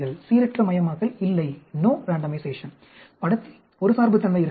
சீரற்றமயமாக்கல் இல்லை படத்தில் ஒரு சார்புத்தன்மை இருக்கலாம்